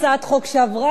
הצעת חוק שעברה,